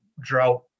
drought